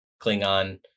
Klingon